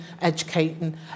educating